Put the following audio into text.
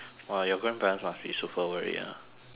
!wah! your grandparents must be super worried ah